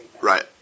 right